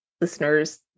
listeners